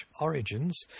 origins